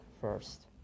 first